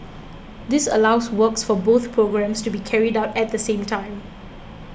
this allows works for both programmes to be carried out at the same time